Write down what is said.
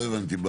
לא הבנתי.